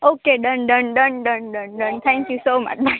okay done done done done done done done thank you so much bye